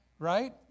Right